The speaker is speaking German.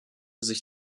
sich